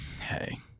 hey